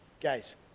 Guys